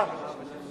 מי זה המשלחת הזאת?